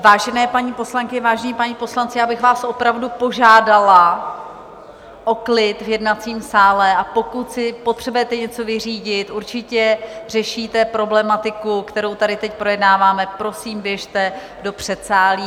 Vážené paní poslankyně, vážení páni poslanci, já bych vás opravdu požádala o klid v jednacím sále, a pokud si potřebujete něco vyřídit určitě řešíte problematiku, kterou tady teď projednáváme prosím, běžte do předsálí.